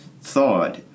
thought